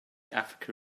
africa